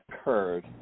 occurred